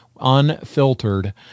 unfiltered